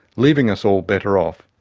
leaving us all better off.